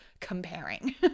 comparing